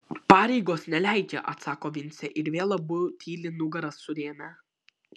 pareigos neleidžia atsako vincė ir vėl abu tyli nugaras surėmę